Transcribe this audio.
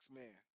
man